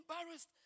embarrassed